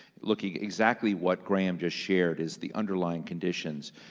looking exactly what graeme just shared is the underlying conditions,